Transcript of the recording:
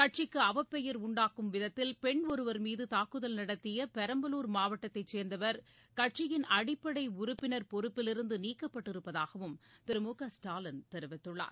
கட்சிக்கு அவப்பெயர் உண்டாக்கும் விதத்தில் பெண் ஒருவர் மீது தாக்குதல் நடத்திய பெரம்பலூர் மாவட்டத்தைச் சேர்ந்தவர் கட்சியின் அடிப்படை உறுப்பினர் பொறுப்பிலிருந்து நீக்கப்பட்டிருப்பதாகவும் திரு மு க ஸ்டாலின் தெரிவித்துள்ளார்